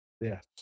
Yes